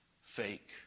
fake